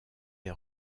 est